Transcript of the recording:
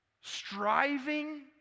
striving